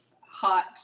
hot